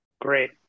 Great